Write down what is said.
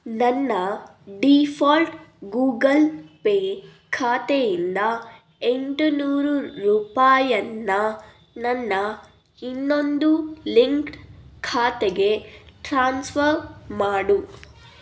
ನನ್ನ default Google Pay ಖಾತೆಯಿಂದ ಎಂಟು ನೂರು ರೂಪಾಯಿಯನ್ನ ನನ್ನ ಇನ್ನೊಂದು ಲಿಂಕ್ಡ್ ಖಾತೆಗೆ ಟ್ರಾನ್ಸ್ಫರ್ ಮಾಡು